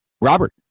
Robert